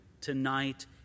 tonight